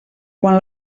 quan